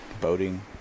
boating